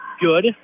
Good